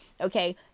okay